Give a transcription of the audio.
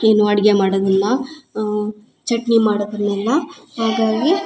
ಇನ್ನು ಅಡ್ಗೆ ಮಾಡೋದನ್ನ ಚಟ್ನಿ ಮಾಡಕೆ ಬರಲಿಲ್ಲ ಹಾಗಾಗಿ